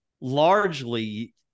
largely